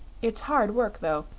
it's hard work, though,